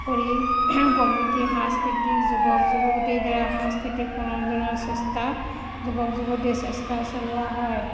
কৰি কমিটি সাংস্কৃতিক যুৱক যুৱতীৰ দ্বাৰা সাংস্কৃতিক পুণৰৰ্জনৰ চেষ্টা যুৱক যুৱতীয়ে চেষ্টা চলোৱা হয়